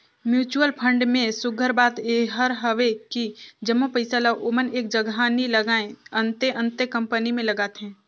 mutual fund में सुग्घर बात एहर हवे कि जम्मो पइसा ल ओमन एक जगहा नी लगाएं, अन्ते अन्ते कंपनी में लगाथें